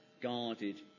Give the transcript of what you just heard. guarded